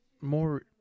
more